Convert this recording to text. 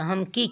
तऽ हम कि